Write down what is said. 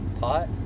Pot